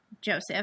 Joseph